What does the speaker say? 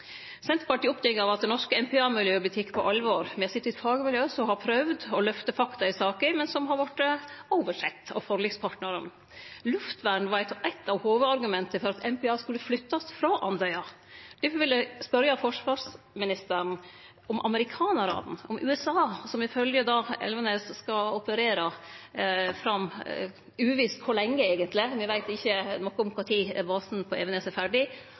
Senterpartiet er oppteke av at det norske MPA-miljøet vert teke på alvor. Me har sett eit fagmiljø som har prøvd å løfte fakta i saka, men som har vorte oversett av forlikspartnarane. Luftvern var eit av hovudargumenta for at MPA skulle flyttast frå Andøya. Difor vil eg spørje forsvarsministeren om amerikanarane, USA, som ifølgje representanten Elvenes skal operere – uvisst kor lenge, me veit ikkje noko om når basen på Evenes er ferdig